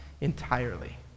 entirely